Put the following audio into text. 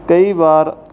ਕਈ ਵਾਰ